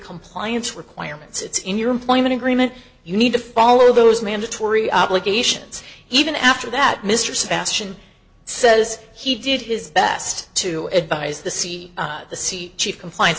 compliance requirements in your employment agreement you need to follow those mandatory obligations even after that mr sebastian says he did his best to advise the sea the sea chief compliance